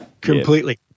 Completely